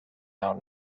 out